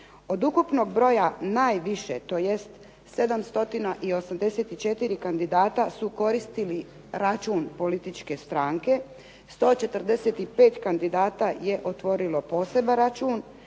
Od ukupnog broja najviše tj. 784 kandidata su koristili račun političke stranke, 145 kandidata je otvorilo poseban račun,